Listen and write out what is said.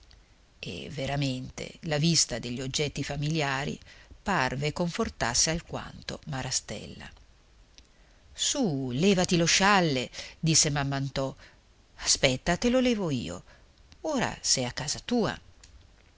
e veramente la vista degli oggetti familiari parve confortasse alquanto marastella su levati lo scialle disse mamm'anto aspetta te lo levo io ora sei a casa tua